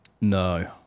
No